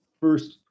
first